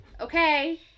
Okay